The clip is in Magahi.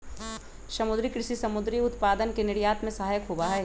समुद्री कृषि समुद्री उत्पादन के निर्यात में सहायक होबा हई